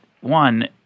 one